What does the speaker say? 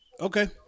Okay